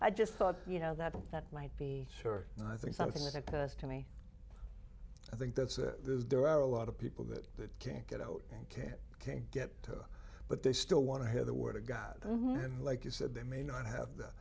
i just thought you know that that might be sure and i think something that occurs to me i think that there are a lot of people that can't get out and can't can't get to but they still want to hear the word of god and like you said they may not have th